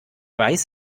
weiß